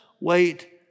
wait